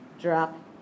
drop